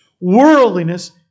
worldliness